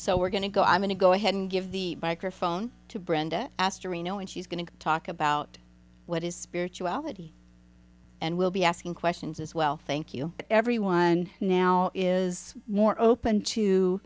so we're going to go i'm going to go ahead and give the microphone to brenda asked arena when she's going to talk about what is spirituality and we'll be asking questions as well thank you but everyone now is more open to